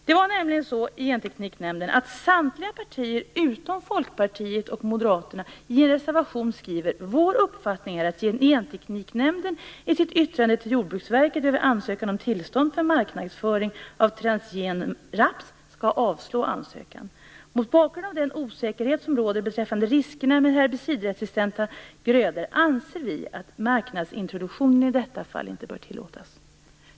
Samtliga partier i Gentekniknämnden utom Folkpartiet och Moderaterna skrev i en reservation: Vår uppfattning är att Gentekniknämnden i sitt yttrande till Jordbruksverket över ansökan om tillstånd för marknadsföring av transgen raps skall avslå ansökan. Mot bakgrund av den osäkerhet som råder beträffande riskerna med herbicidresistenta grödor anser vi att marknadsintroduktionen i detta fall inte bör tillåtas.